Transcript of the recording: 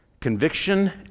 conviction